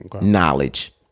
knowledge